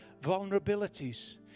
vulnerabilities